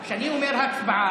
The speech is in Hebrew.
כשאני אומר הצבעה,